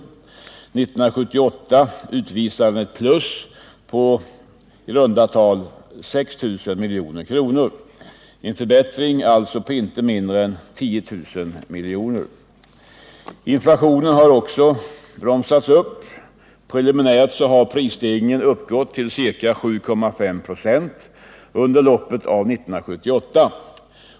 1978 utvisade den ett plus på i runda tal 6 000 milj.kr., alltså en förbättring på inte mindre än 10 000 milj.kr. Inflationen har också bromsats upp. Preliminärt har prisstegringen uppgått till ca 7,5 ?6 under loppet av 1978.